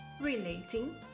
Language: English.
relating